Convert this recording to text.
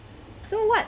so what